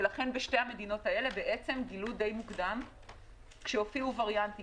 ולכן בשתיהן גילו די מוקדם כשהופיעו וריאנטים